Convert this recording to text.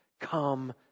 Come